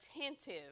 attentive